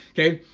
okay?